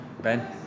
Ben